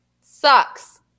Sucks